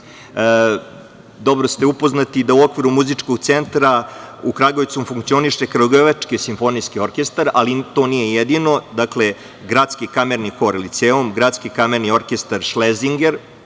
dobro ste upoznati da u okviru Muzičkog centra u Kragujevcu funkcioniše Kragujevački simfonijski orkestar, ali to nije jedino. Dakle, Gradski kamerni hor „Liceum“, Gradski kamerni orkestar „Šlezinger“,